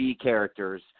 characters –